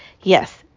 Yes